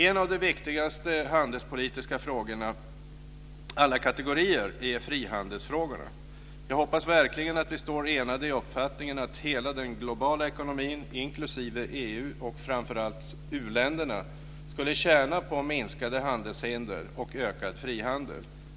En av de viktigaste handelspolitiska frågorna alla kategorier är frihandelsfrågorna. Jag hoppas verkligen att vi står enade i uppfattningen att hela den globala ekonomin, inklusive EU och framför allt u-länderna skulle tjäna på minskade handelshinder och ökad frihandel.